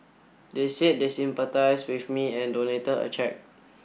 they said they sympathised with me and donated a cheque